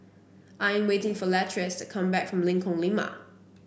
I am waiting for Latrice to come back from Lengkong Lima